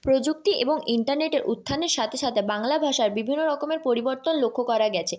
প্রযুক্তি এবং ইন্টারনেটের উত্থানের সাথে সাথে বাংলা ভাষার বিভিন্ন রকমের পরিবর্তন লক্ষ্য করা গিয়েছে